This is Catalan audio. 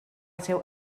seu